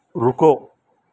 رکو